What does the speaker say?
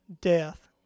death